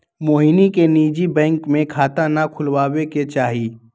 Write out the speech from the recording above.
मोहिनी के निजी बैंक में खाता ना खुलवावे के चाहि